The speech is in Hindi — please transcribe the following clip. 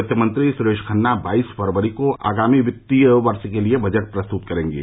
वित्त मंत्री सुरेश खन्ना बाईस फरवरी को आगामी वित्तीय वर्ष के लिये बजट प्रस्तत करेंगे